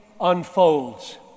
unfolds